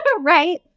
right